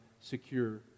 secure